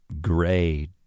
gray